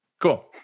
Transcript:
Cool